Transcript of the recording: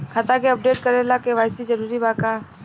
खाता के अपडेट करे ला के.वाइ.सी जरूरी बा का?